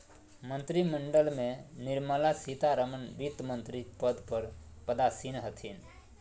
मंत्रिमंडल में निर्मला सीतारमण वित्तमंत्री पद पर पदासीन हथिन